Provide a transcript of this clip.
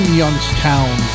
youngstown